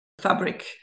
fabric